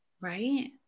Right